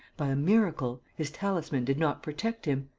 by a miracle, his talisman did not protect him?